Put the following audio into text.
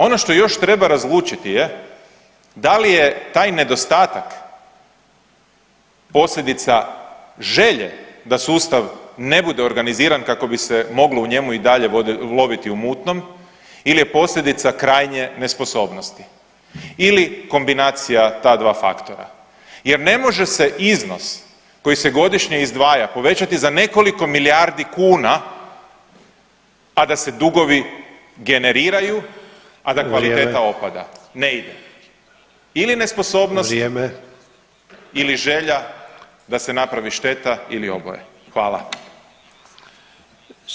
Ono što još treba razlučiti je da li je taj nedostatak posljedica želje da sustav ne bude organiziran kako bi se moglo u njemu i dalje loviti u mutnom il je posljedica krajnje nesposobnosti ili kombinacija ta dva faktora jer ne može se iznos koji se godišnje izdvaja povećati za nekoliko milijardi kuna, a da se dugovi generiraju, a da kvaliteta opada, ne ide ili nesposobnost ili želja da se napravi šteta ili oboje, hvala.